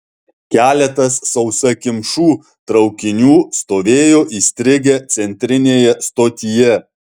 keletas sausakimšų traukinių stovėjo įstrigę centrinėje stotyje